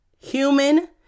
Human